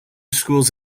schools